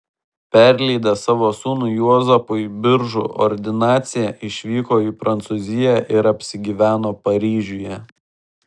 perleidęs savo sūnui juozapui biržų ordinaciją išvyko į prancūziją ir apsigyveno paryžiuje